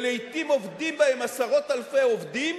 ולעתים עובדים בהן עשרות אלפי עובדים,